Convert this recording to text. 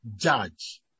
judge